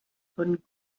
von